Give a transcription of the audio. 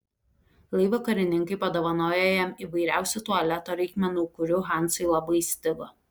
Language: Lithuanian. laivo karininkai padovanojo jam įvairiausių tualeto reikmenų kurių hansui labai stigo